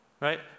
Right